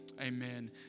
amen